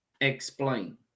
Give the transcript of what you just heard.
Explain